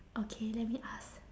okay let me ask